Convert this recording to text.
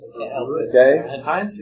Okay